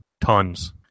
Tons